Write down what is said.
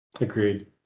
agreed